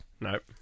Nope